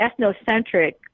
ethnocentric